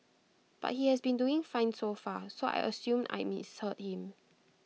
but he has been doing fine so far so I assumed I'd misheard him